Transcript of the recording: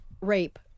rape